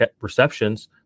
receptions